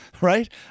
right